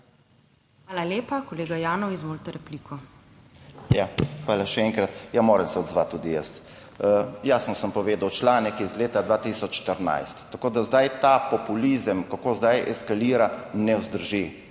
Hvala lepa. Kolega Janev, izvolite repliko. ROBERT JANEV (PS Svoboda): Hvala še enkrat. Ja, moram se odzvati tudi jaz. Jasno sem povedal članek iz leta 2014, tako da zdaj ta populizem, kako zdaj eskalira ne vzdrži.